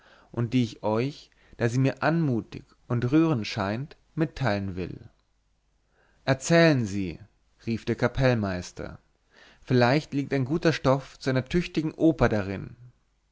und die ich euch da sie mir anmutig und rührend scheint mitteilen will erzählen sie rief der kapellmeister vielleicht liegt ein guter stoff zu einer tüchtigen oper darin